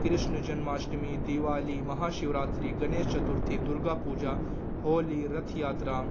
Krishna Janmashtami Diwali Mahashivratri Ganesh Chaturthi Durga Puja Holi Rath Yatra